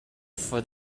for